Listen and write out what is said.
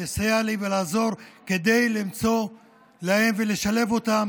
לסייע לי ולעזור כדי למצוא להם ולשלב אותם